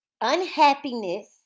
unhappiness